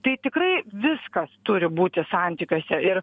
tai tikrai viskas turi būti santykiuose ir